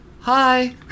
Hi